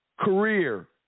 Career